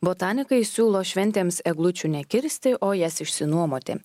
botanikai siūlo šventėms eglučių nekirsti o jas išsinuomoti